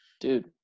dude